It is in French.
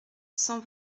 cent